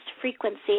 frequency